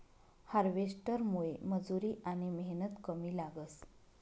हार्वेस्टरमुये मजुरी आनी मेहनत कमी लागस